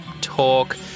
Talk